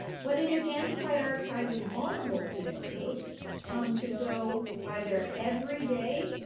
but it again prioritizes vulnerable student groups um to go either every day,